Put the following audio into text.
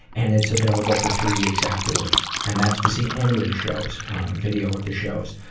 and it's available for three weeks afterwards. and that's to see any of the shows video of the shows.